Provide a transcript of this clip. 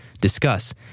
discuss